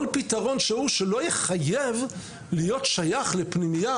כל פתרון שהוא שלא יחייב להיות שייך לפנימייה